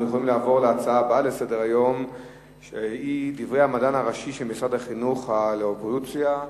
אנחנו עוברים לנושא הבא: דברי המדען הראשי של משרד החינוך על האבולוציה,